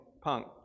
punk